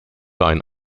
ein